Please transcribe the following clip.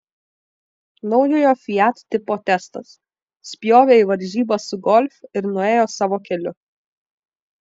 naujojo fiat tipo testas spjovė į varžybas su golf ir nuėjo savo keliu